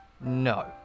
No